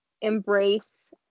embrace